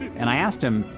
and i asked him,